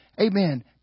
amen